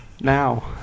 now